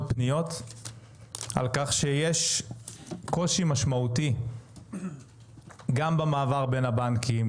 פניות על כך שיש קושי משמעותי גם במעבר בין הבנקים,